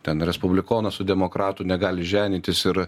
ten respublikonas su demokratų negali ženytis ir